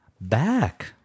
back